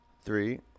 three